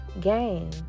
game